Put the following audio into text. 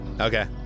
Okay